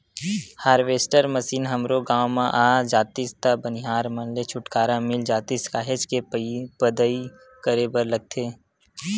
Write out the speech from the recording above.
harvester machine हमरो गाँव म आ जातिस त बनिहार मन ले छुटकारा मिल जातिस काहेच के पदई करे बर लगथे